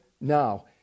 now